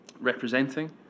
representing